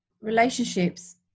relationships